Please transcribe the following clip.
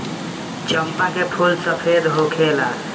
चंपा के फूल सफेद होखेला